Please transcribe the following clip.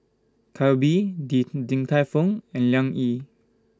Calbee Di Din Tai Fung and Liang Yi